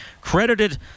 Credited